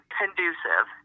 conducive